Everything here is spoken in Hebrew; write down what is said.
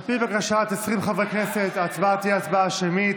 על פי בקשת 20 חברי כנסת, ההצבעה תהיה הצבעה שמית.